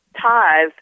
ties